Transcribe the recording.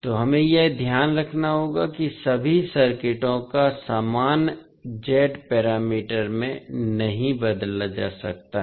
तो हमें यह ध्यान रखना होगा कि सभी सर्किटों को समान Z पैरामीटर में नहीं बदला जा सकता है